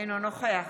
אינו נוכח